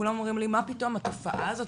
וכולם אומרים לי "מה פתאום, התופעה הזאת.